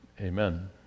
amen